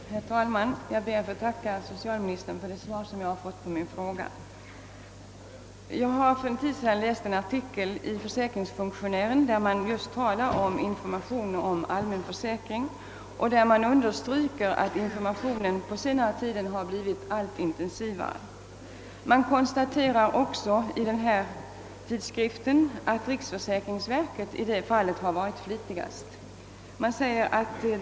Herr talman! Jag ber att få tacka socialministern för det svar jag fått på min fråga. För en tid sedan läste jag en artikel i tidskriften Försäkringsfunktionären, där det just talades om informationen om allmän försäkring och där det underströks att den informationen har blivit alltmera intensiv på senare tid. I artikeln konstaterades också att riksförsäkringsverket varit flitigast i det fallet.